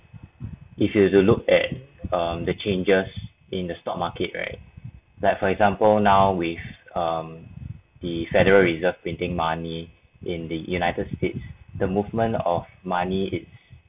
if you to look at um the changes in the stock market right like for example now with um the federal reserve printing money in the united states the movement of money it